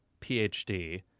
PhD